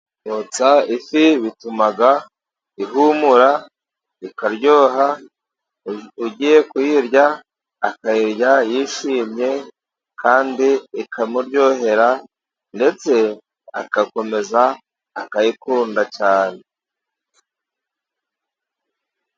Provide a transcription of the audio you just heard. Kotsa ifi bituma ihumura, ikaryoha, ugiye kuyirya akayirya yishimye, kandi ikamuryohera, ndetse agakomeza akayikunda cyane.